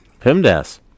Pimdas